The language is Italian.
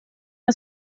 una